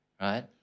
Right